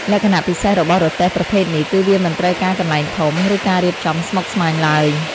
លក្ខណៈពិសេសរបស់រទេះប្រភេទនេះគឺវាមិនត្រូវការកន្លែងធំ ឬការរៀបចំស្មុគស្មាញឡើយ។